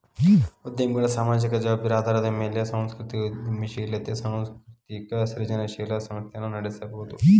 ಉದ್ಯಮಿಗಳ ಸಾಮಾಜಿಕ ಜವಾಬ್ದಾರಿ ಆಧಾರದ ಮ್ಯಾಲೆ ಸಾಂಸ್ಕೃತಿಕ ಉದ್ಯಮಶೇಲತೆ ಸಾಂಸ್ಕೃತಿಕ ಸೃಜನಶೇಲ ಸಂಸ್ಥೆನ ನಡಸಬೋದು